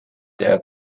der